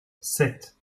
sept